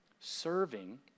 Serving